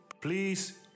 Please